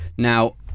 Now